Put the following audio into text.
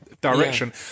direction